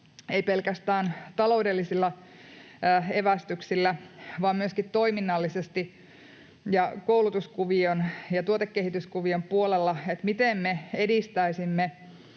ei pelkästään taloudellisilla evästyksillä vaan myöskin toiminnallisesti ja koulutuskuvion ja tuotekehityskuvion puolella — on se, miten me edistäisimme